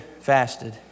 fasted